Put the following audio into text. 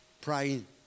Praying